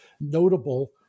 notable